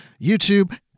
YouTube